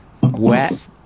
wet